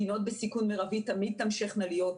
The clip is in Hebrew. מדינות בסיכון מרבי תמיד תמשכנה להיות,